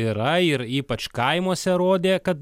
yra ir ypač kaimuose rodė kad